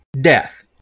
death